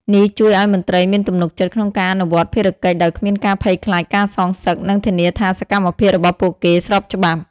នេះជួយឲ្យមន្ត្រីមានទំនុកចិត្តក្នុងការអនុវត្តភារកិច្ចដោយគ្មានការភ័យខ្លាចការសងសឹក និងធានាថាសកម្មភាពរបស់ពួកគេស្របច្បាប់។